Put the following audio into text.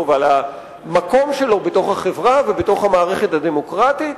ועל המקום שלו בתוך החברה ובתוך המערכת הדמוקרטית